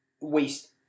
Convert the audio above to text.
waste